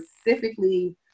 specifically